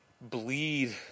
bleed